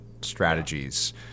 strategies